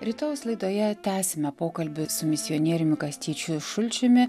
rytojaus laidoje tęsime pokalbį su misionieriumi kastyčiu šalčiumi